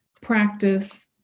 practice